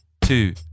two